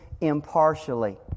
impartially